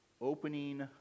opening